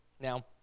Now